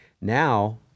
Now